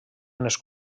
unes